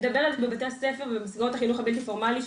לדבר על זה בבתי הספר ובמסגרות החינוך הבלתי פורמלי,